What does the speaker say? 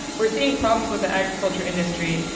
we're seeing problems with the agriculture industry,